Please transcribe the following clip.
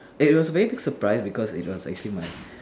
eh it was a very big surprise because it was actually my